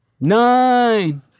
nine